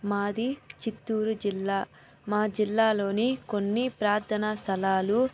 మాది చిత్తూరు జిల్లా మా జిల్లాలోని కొన్ని ప్రార్ధన స్థలాలు